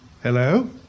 Hello